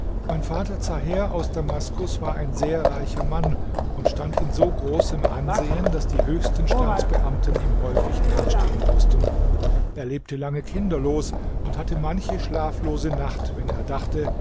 mein vater zaher aus damaskus war ein sehr reicher mann und stand in so großem ansehen daß die höchsten staatsbeamten ihm häufig nachstehen mußten er lebte lange kinderlos und hatte manche schlaflose nacht wenn er dachte